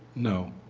no.